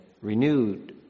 renewed